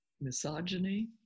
misogyny